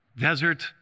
desert